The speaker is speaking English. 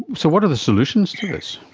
so what are the solutions to this?